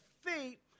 feet